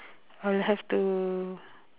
I'll have to